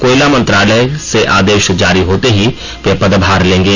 कोयला मंत्रालय से आदेश जारी होते ही वे पदभार लेंगे